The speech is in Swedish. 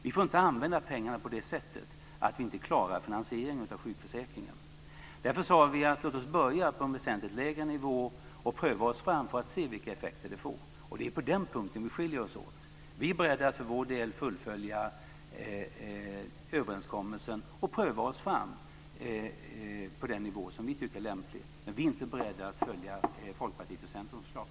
Vi får inte använda pengarna på det sättet att vi inte klarar finansieringen av sjukförsäkringen. Därför sade vi: Låt oss börja på en väsentligt lägre nivå och pröva oss fram för att se vilka effekter det får. Det är på den punkten vi skiljer oss åt. Vi är beredda att för vår del fullfölja överenskommelsen och pröva oss fram på den nivå som vi tycker är lämplig, men vi är inte beredda att följa Folkpartiets och Centerns förslag.